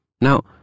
Now